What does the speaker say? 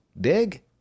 Dig